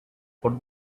for